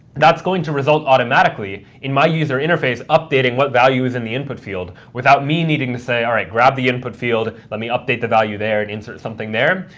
that's going to result automatically in my user interface updating what value is in the input field without me needing to say, all right, grab the input field, let me update the value there and insert something there.